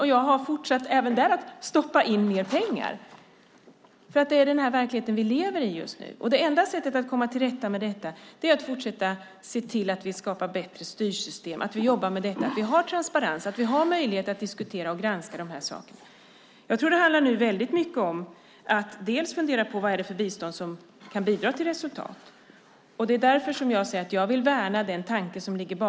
Och jag har fortsatt även där att stoppa in mer pengar, för att det är den här verkligheten vi just nu lever i. Det enda sättet att komma till rätta med detta är att fortsätta se till att vi skapar bättre styrsystem, att vi jobbar med detta, att vi har transparens och att vi har möjligheter att diskutera och granska de här sakerna. Nu tror jag att det handlar väldigt mycket om att bland annat fundera på vad det är för bistånd som kan bidra till resultat. Det är därför som jag säger att jag vill värna den tanke som ligger bakom.